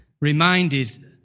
reminded